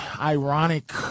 ironic